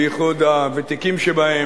בייחוד הוותיקים שבהם,